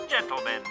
Gentlemen